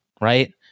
right